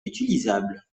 utilisable